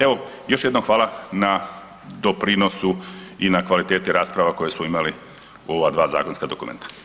Evo još jednom hvala na doprinosu i na kvaliteti rasprava koje smo imali u ova dva zakonska dokumenta.